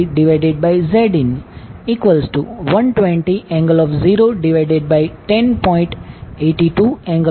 69 તેથી I1120∠0Zin120∠010